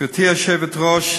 גברתי היושבת-ראש,